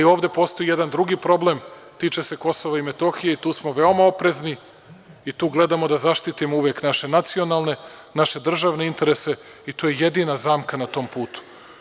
Ovde postoji jedan drugi problem, tiče se Kosova i Metohije i tu smo veoma oprezni i tu gledamo da zaštitimo uvek naše nacionalne, naše državne interese i to je jedina zamka na tom putu.